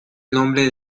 nombre